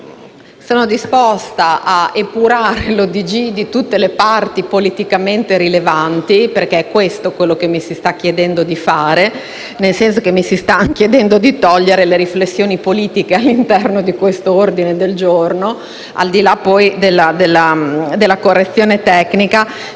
sono disposta ad "epurare" il testo di tutte le parti politicamente rilevanti, perché è questo quello che mi si sta chiedendo di fare, nel senso che mi si sta chiedendo di togliere le riflessioni politiche all'interno di questo ordine del giorno, al di là della correzione tecnica.